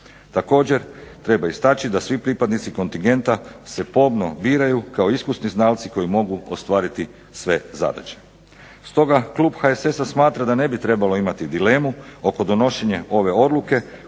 Također treba istaći da svi pripadnici kontingenta se pomno biraju kao iskusni znalci koji mogu ostvariti sve zadaće. Stoga klub HSS-a smatra da ne bi trebalo imati dilemu oko donošenja ove odluke